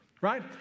right